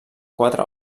quatre